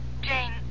Jane